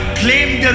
claimed